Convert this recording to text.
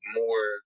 more